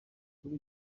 kuri